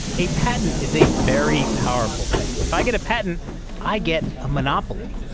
a patent is a very powerful thing. if i get a patent i get a monopoly.